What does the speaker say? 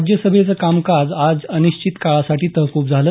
राज्यसभेचं कामकाज आज अनिश्चित काळासाठी तहकूब झालं